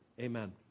amen